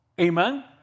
Amen